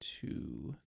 two